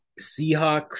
Seahawks